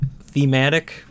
thematic